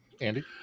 Andy